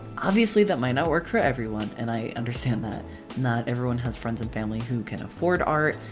obviously that might not work for everyone and i understand that not everyone has friends and family who can afford art.